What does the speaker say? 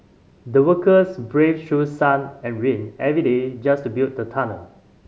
the workers braved through sun and rain every day just to build the tunnel